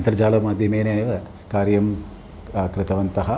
अन्तर्जालमाध्यमेन एव कार्यम् आ कृतवन्तः